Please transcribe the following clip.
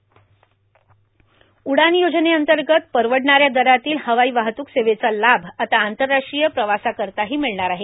उडान योजनेअंतर्गत परवडणाऱ्या दरातल्या हवाई वाहतूक सेवेचा लाभ आता आंतरराष्ट्रीय प्रवासाकरताही मिळणार आहे